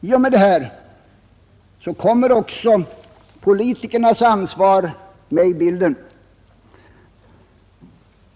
I och med detta kommer också politikernas ansvar med i bilden.